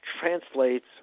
translates